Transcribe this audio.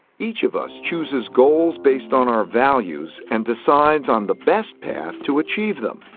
each of us chooses goals based on our values and decides on the best path to achieve them.